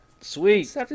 sweet